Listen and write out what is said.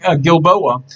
Gilboa